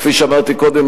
כפי שאמרתי קודם,